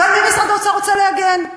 ועל מי משרד האוצר רוצה להגן?